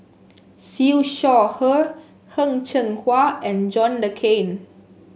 Siew Shaw Her Heng Cheng Hwa and John Le Cain